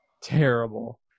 terrible